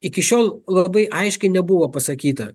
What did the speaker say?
iki šiol labai aiškiai nebuvo pasakyta